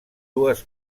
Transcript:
dues